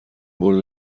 برد